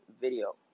Video